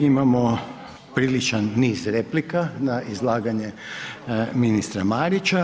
Imamo priličan niz replika na izlaganje ministra Marića.